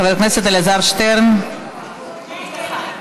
חבר הכנסת אלעזר שטרן, בבקשה.